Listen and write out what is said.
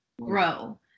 grow